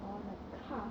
I want a car